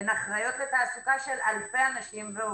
הן אחריות לתעסוקה של אלפי אנשים ועובדים.